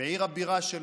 בעיר הבירה שלו,